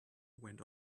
went